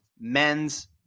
men's